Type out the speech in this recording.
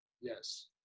Yes